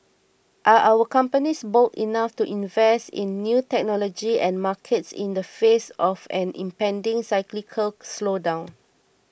are our companies bold enough to invest in new technology and markets in the face of an impending cyclical slowdown